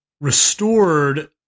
restored